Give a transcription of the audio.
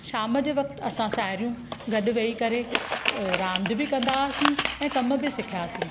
शाम जे वक़्ति असां साहेड़ियूं गॾु वेई करे रांदि बि कंदा हुआसीं ऐं कमु बि सिखियासीं